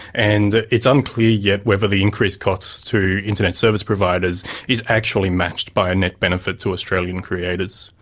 and it's unclear yet whether the increased costs to internet service providers is actually matched by a net benefit to australian creators.